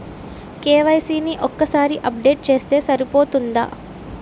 KYC ని ఒక్కసారి update చేస్తే సరిపోతుందా?